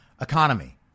economy